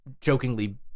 jokingly